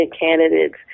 candidates